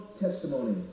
testimony